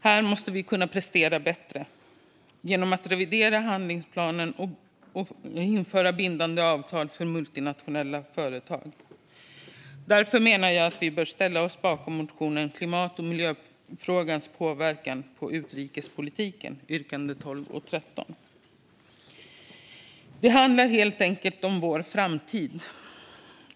Här måste vi kunna prestera bättre genom att revidera handlingsplanen och införa bindande avtal för multinationella företag. Därför menar jag att vi bör ställa oss bakom motionen Klimat och miljöfrågans påverkan på utrikespolitiken, yrkandena 12 och 13. Det handlar helt enkelt om vår framtid.